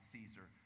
Caesar